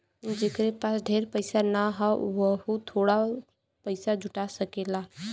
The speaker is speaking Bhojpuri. जेकरे पास ढेर पइसा ना हौ वोहू थोड़ा थोड़ा पइसा जुटा सकेला